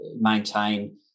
maintain